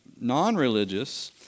non-religious